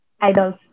Idols